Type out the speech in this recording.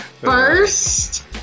first